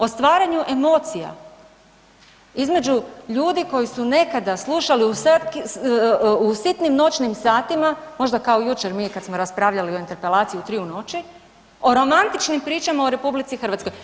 O stvaranju emocija između ljudi koji su nekada slušali u sitnim noćnim satima, možda jučer mi kada smo raspravljali o interpelaciji u tri u noći, o romantičnim pričama o RH.